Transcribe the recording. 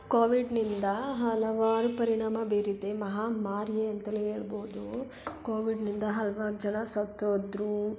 ಕೋವಿಡ್ನಿಂದ ಹಲವಾರು ಪರಿಣಾಮ ಬೀರಿದೆ ಮಹಾಮಾರಿಯೇ ಅಂತನೆ ಹೇಳ್ಬೋದು ಕೋವಿಡ್ನಿಂದ ಹಲ್ವಾರು ಜನ ಸತ್ತೋದರು